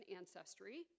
ancestry